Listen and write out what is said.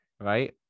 right